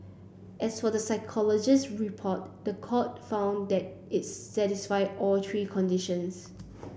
as for the psychologist's report the court found that it's satisfied all three conditions